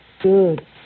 Good